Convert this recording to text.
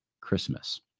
Christmas